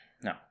no